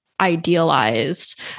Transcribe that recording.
idealized